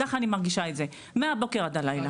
כך אני מרגישה את זה, מהבוקר עד הלילה.